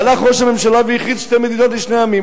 והלך ראש הממשלה והכריז: שתי מדינות לשני עמים.